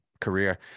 career